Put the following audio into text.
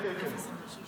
כן, כן.